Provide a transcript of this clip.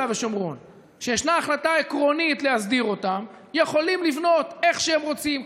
ושומרון שישנה החלטה עקרונית להסדיר אותם יכולים לבנות איך שהם רוצים,